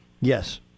Yes